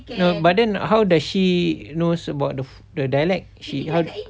no but then how does she knows about the dialect she how